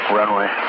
runway